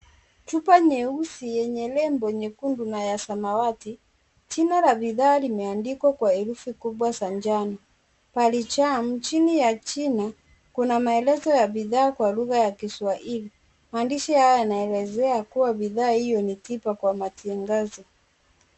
Chupa nyeusi yenye lebo nyekundu na ya samawati jina la bidhaa limeandikwa kwa herufi kubwa za njano BALIJAAM. Chini ya jina kuna maelezo ya bidhaa kwa lugha ya kiswahili. Maandishi haya yanaelezea kuwa bidhaa hiyo ni tiba kwa matiangazo.